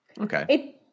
Okay